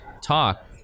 talk